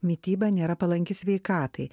mityba nėra palanki sveikatai